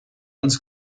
uns